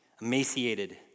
emaciated